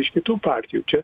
iš kitų partijų čia